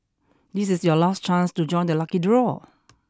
this is your last chance to join the lucky draw